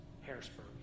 Harrisburg